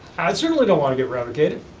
i certainly don't want to get revokated.